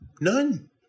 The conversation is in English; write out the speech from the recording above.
none